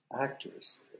actors